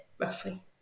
roughly